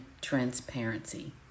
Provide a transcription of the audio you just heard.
transparency